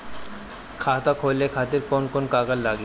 खाता खोले खातिर कौन कौन कागज लागी?